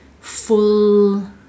full